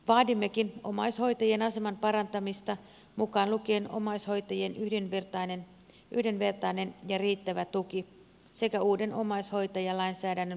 vaadimmekin omaishoitajien aseman parantamista mukaan lukien omaishoitajien yhdenvertainen ja riittävä tuki sekä uuden omais hoitajalainsäädännön pikainen valmistelu